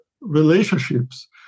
relationships